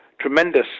tremendous